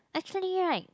actually right